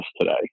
today